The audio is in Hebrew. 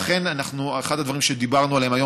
ואכן אחד הדברים שדיברנו עליהם היום